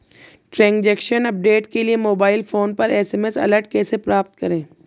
Transaction update के लिए mobile phone पर एस.एम.एस अलर्ट कैसे प्राप्त करें?